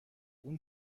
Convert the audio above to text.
اون